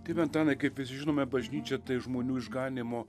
tėve antanai kaip visi žinome bažnyčia tai žmonių išganymo